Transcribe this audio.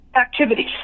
activities